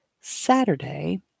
Saturday